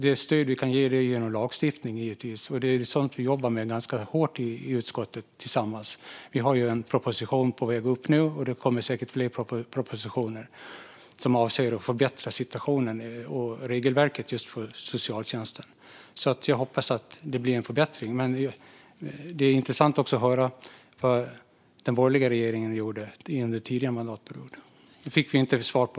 Det stöd vi kan ge är givetvis genom lagstiftning, och det är sådant vi jobbar med ganska hårt i utskottet tillsammans. Vi har ju en proposition på väg upp nu, och det kommer säkert fler propositioner som avser att förbättra situationen och regelverket för socialtjänsten. Jag hoppas alltså att det blir en förbättring. Men det vore som sagt också intressant att höra vad den borgerliga regeringen gjorde under tidigare mandatperiod. Det fick vi inte svar på.